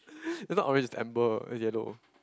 that's not orange it's amber it's yellow